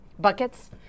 buckets